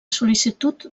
sol·licitud